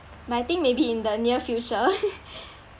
but I think maybe in the near future